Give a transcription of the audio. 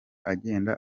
agenda